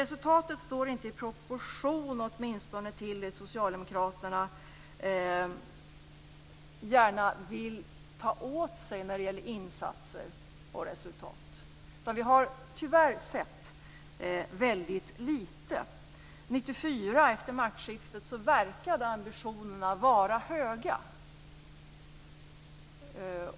Resultatet står inte i proportion till det som socialdemokraterna gärna vill ta åt sig när det gäller insatser på jämställdhetsområdet. Vi har tyvärr sett mycket litet av sådant. Efter maktskiftet 1994 verkade ambitionerna att vara höga.